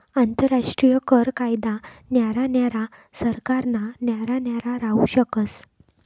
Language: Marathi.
आंतरराष्ट्रीय कर कायदा न्यारा न्यारा सरकारना न्यारा न्यारा राहू शकस